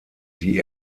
sie